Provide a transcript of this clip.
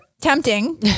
tempting